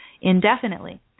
indefinitely